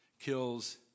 kills